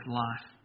life